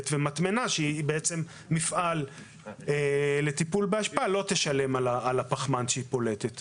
ומטמנה שהיא מפעל לטיפול באשפה לא תשלם על הפחמן שהיא פולטת.